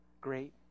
great